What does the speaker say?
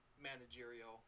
managerial